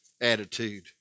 attitude